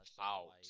Out